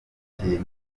ikintu